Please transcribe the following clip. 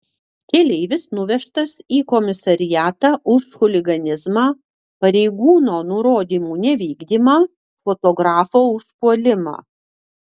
keleivis nuvežtas į komisariatą už chuliganizmą pareigūno nurodymų nevykdymą fotografo užpuolimą